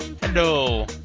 Hello